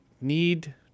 need